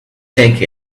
take